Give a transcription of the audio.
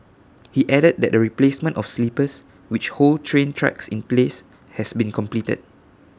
he added that the replacement of sleepers which hold train tracks in place has been completed